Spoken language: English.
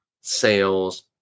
sales